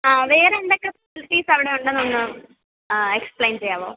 ആ വേറെയെന്തൊക്കെ ഫെസിലിറ്റീസ് അവിടെയുണ്ടെന്നൊന്നു എക്സ്പ്ലെയിൻ ചെയ്യാവോ